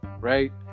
Right